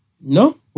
no